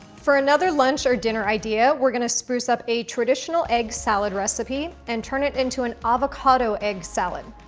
for another lunch or dinner idea, we're gonna spruce up a traditional egg salad recipe and turn it into an avocado egg salad.